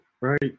right